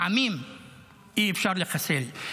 עמים אי-אפשר לחסל.